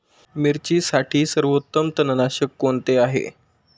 मिरचीसाठी सर्वोत्तम तणनाशक कोणते आहे?